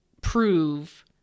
prove